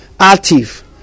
active